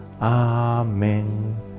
Amen